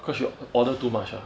cause your order to marshals